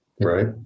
Right